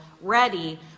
ready